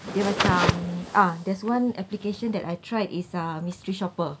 dia macam ah there's one application that I tried is ah mystery shopper